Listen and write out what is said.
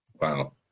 Wow